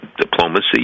diplomacy